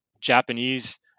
Japanese